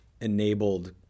enabled